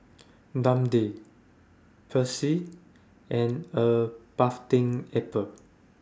Dundee Persil and A Bathing Ape